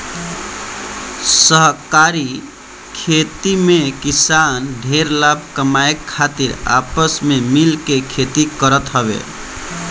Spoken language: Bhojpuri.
सहकारी खेती में किसान ढेर लाभ कमाए खातिर आपस में मिल के खेती करत हवे